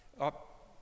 up